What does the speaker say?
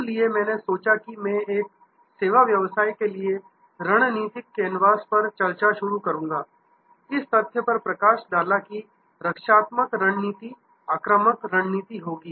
इसलिए मैंने सोचा कि मैं एक सेवा व्यवसाय के लिए रणनीति कैनवास पर चर्चा शुरू करूंगा इस तथ्य पर प्रकाश डाला कि रक्षात्मक रणनीति आक्रामक रणनीति होगी